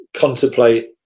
contemplate